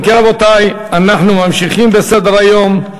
אם כן, רבותי, אנחנו ממשיכים בסדר-היום.